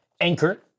anchor